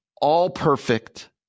all-perfect